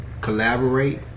collaborate